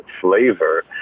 flavor